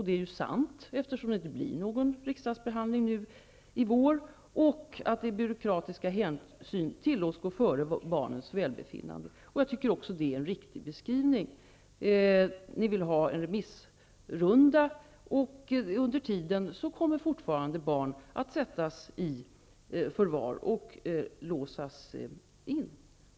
Det är ju sant, eftersom det nu inte blir någon riksdagsbehandling i vår. Byråkratiska hänsyn tillåts gå före barnens välbefinnande. Jag tycker att detta är en riktig beskrivning. Ni vill ha en remissrunda, och under tiden kommer fortfarande barn att sättas i förvar och låsas in.